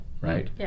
Right